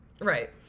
Right